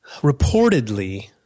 reportedly